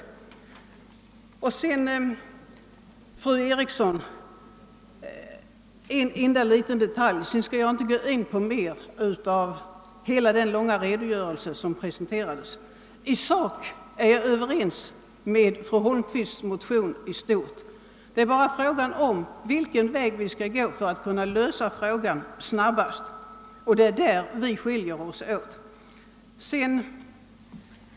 Så några ord till fru Eriksson i Stockholm angående en enda detalj — jag skall i övrigt inte gå in på hennes långa anförande. Jag vill framhålla att jag i sak är på det hela taget ense med fru Holmqvist om de synpunkter hon framfört i sin motion — skiljaktigheten i uppfattning mellan oss gäller endast vilken väg man skall gå för att snabbast lösa frågan.